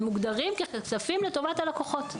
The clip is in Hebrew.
הם מוגדרים כספים לטובת הלקוחות.